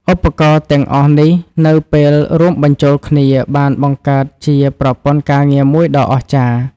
ឧបករណ៍ទាំងអស់នេះនៅពេលរួមបញ្ចូលគ្នា បានបង្កើតជាប្រព័ន្ធការងារមួយដ៏អស្ចារ្យ។